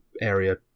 area